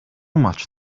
much